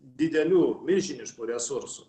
didelių milžiniškų resursų